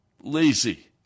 lazy